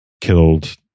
killed